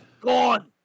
Gone